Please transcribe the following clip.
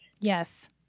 Yes